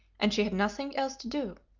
and she had nothing else to do,